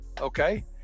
okay